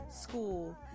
school